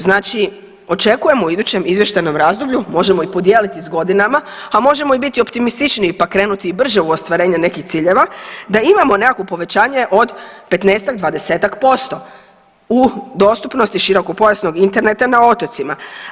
Znači očekujemo u idućem izvještajnom razdoblju, možemo i podijeliti s godinama, a možemo i biti optimističniji pa krenuti i brže u ostvarenje nekih ciljeva da imamo nekakvo povećanje od 15-20% u dostupnosti širokopojasnog interneta na otocima.